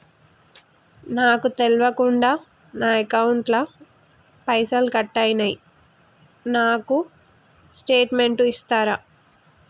నాకు తెల్వకుండా నా అకౌంట్ ల పైసల్ కట్ అయినై నాకు స్టేటుమెంట్ ఇస్తరా?